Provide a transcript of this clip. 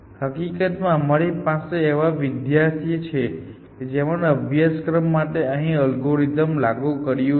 હકીકતમાં અમારી પાસે એવા વિદ્યાર્થીઓ છે જેમણે અભ્યાસક્રમ માટે અહીં અલ્ગોરિધમ લાગુ કર્યું છે